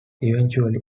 eventually